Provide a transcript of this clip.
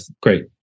great